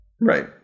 Right